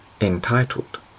entitled